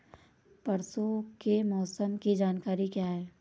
परसों के मौसम की जानकारी क्या है?